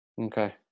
Okay